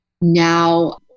now